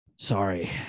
Sorry